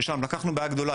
ששם לקחנו בעיה גדולה,